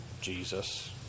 Jesus